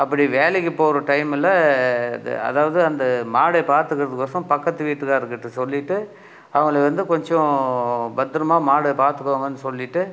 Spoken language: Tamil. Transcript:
அப்படி வேலைக்கி போகிற டைமில் அதாவது அந்த மாடை பார்த்துக்குறதுக்கோசரம் பக்கத்து வீட்டுக்காருக்கிட்ட சொல்லிட்டு அவங்களை வந்து கொஞ்சம் பத்திரமா மாடை பார்த்துக்கோங்கன்னு சொல்லிட்டு